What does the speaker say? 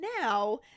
now